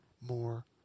more